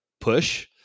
push